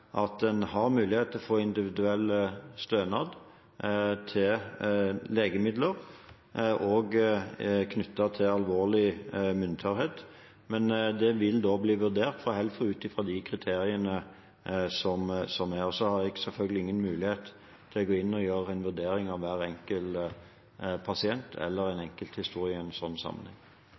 at en har mulighet til å få individuell stønad til legemidler, også knyttet til alvorlig munntørrhet, og det vil da bli vurdert av Helfo ut fra de kriteriene som er. Så har jeg selvfølgelig ingen mulighet til å gå inn og gjøre en vurdering av hver enkelt pasient eller av en enkelthistorie i en sånn sammenheng.